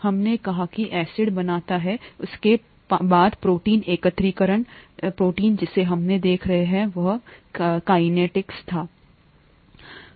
हमने कहा कि एसिड बनता है उसके बाद प्रोटीन एकत्रीकरण प्रोटीन जिसे हम देख रहे थे वह कैसिइन था